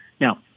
Now